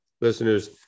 listeners